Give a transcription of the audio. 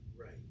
right